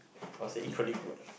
was equally good